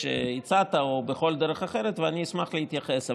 שהצעת או בכל דרך אחרת ואני אשמח להתייחס.